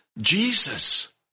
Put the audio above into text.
Jesus